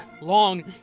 Long